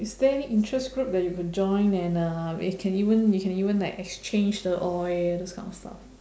is there any interest group that you could join and uh where you can even you can even like exchange the oil those kind of stuff